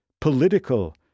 political